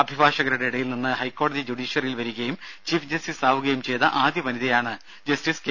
അഭിഭാഷകരുടെ ഇടയിൽ നിന്ന് ഹൈക്കോടതി ജുഡീഷ്യറിയിൽ വരികയും ചീഫ് ജസ്റ്റിസ് ആവുകയും ചെയ്ത ആദ്യ വനിതയാണ് ജസ്റ്റിസ് കെ